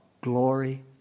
glory